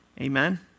Amen